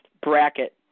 bracket